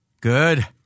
Good